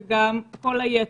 וגם כל היתר.